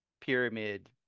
Pyramid